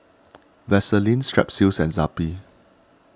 Vaselin Strepsils and Zappy